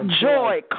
joy